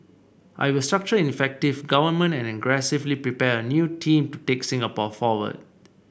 I will structure an effective government and aggressively prepare a new team to take Singapore forward